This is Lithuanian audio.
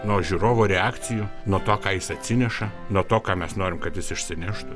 nuo žiūrovų reakcijų nuo to ką jis atsineša nuo to ką mes norim kad jis išsineštų